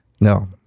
No